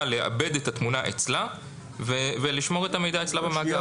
לעבד את התמונה אצלה ולשמור את המידע אצלה במאגר.